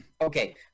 okay